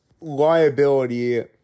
liability